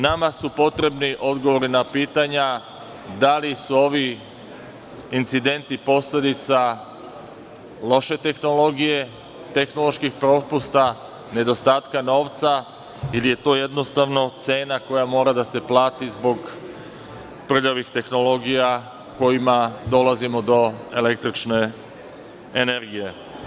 Nama su potrebni odgovori na pitanja - da li su ovi incidenti posledica loše tehnologije, tehnoloških propusta, nedostatka novca ili je to jednostavno cena koja mora da se plati zbog prljavih tehnologija, kojima dolazimo do električne energije?